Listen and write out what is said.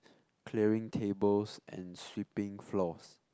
clearing tables and sweeping floors